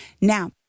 Now